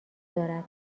دارد